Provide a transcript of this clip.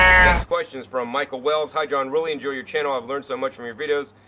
next question is from michael wells. hi john, really enjoy your channel. i've learned so much from your videos.